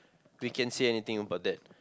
we can't say anything about that